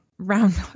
round